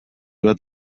bat